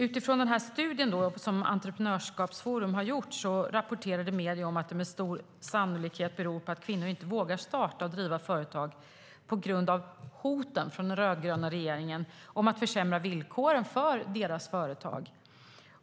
Utifrån den studie som Entreprenörskapsforum har gjort rapporterade medierna om att nedgången med största sannolikhet beror på att kvinnor inte vågar starta och driva företag på grund av "hoten" från den rödgröna regeringen om att försämra villkoren för deras företag.